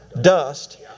dust